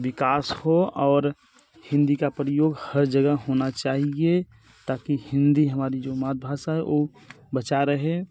विकास हो और हिन्दी का प्रयोग हर जगह होना चाहिए ताकि हिन्दी हमारी जो मातृभाषा है वो बची रहे